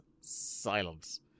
silence